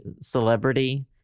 celebrity